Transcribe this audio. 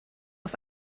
auf